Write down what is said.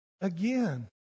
again